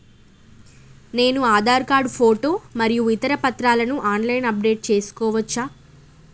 నేను Aadhaar card photo మరియు ఇతర పత్రాలను ఆన్ లైన్ అప్ డెట్ చేసుకోవచ్చా?